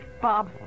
Bob